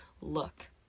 look